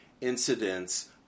incidents